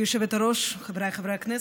גברתי היושבת-ראש, חבריי חברי הכנסת,